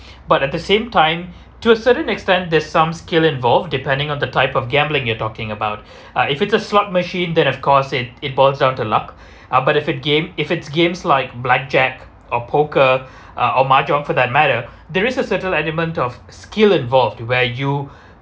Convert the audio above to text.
but at the same time to a certain extent there's some skill involved depending on the type of gambling you are talking about uh if it's a slot machine that of course it it boils down to luck ah but if a game if it's games like black jack or poker uh or mahjong for that matter there is a certain element of skill involved where you